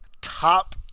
top